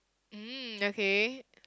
mm okay